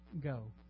go